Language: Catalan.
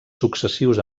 successius